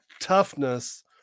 toughness